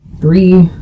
three